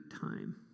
time